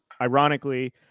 ironically